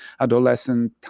adolescent